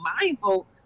mindful